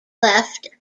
left